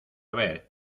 ver